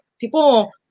people